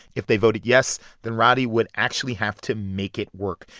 if they voted yes, then roddey would actually have to make it work,